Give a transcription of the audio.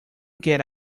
get